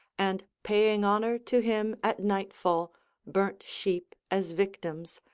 and paying honour to him at nightfall burnt sheep as victims,